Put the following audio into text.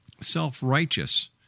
self-righteous